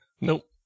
Nope